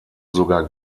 sogar